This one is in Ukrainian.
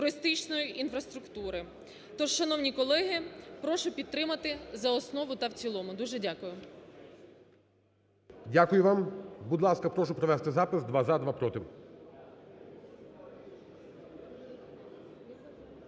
туристичної інфраструктури. Тож, шановні колеги, прошу підтримати за основу та в цілому. Дуже дякую. ГОЛОВУЮЧИЙ. Дякую вам. Будь ласка, прошу провести запис: два – за, два – проти.